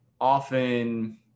often